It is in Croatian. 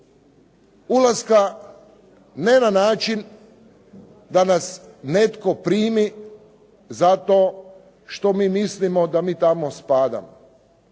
Ulaska ne na način da nas netko primi zato što mi mislimo da mi tamo spadamo.